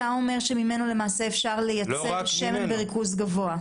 אתה אומר שממנו אפשר לייצר שמן בריכוז גבוה.